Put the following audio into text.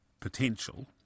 potential